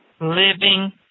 Living